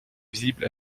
visible